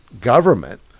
government